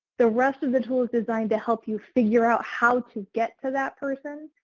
the rest of the tool is designed to help you figure out how to get to that person.